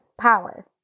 power